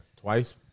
Twice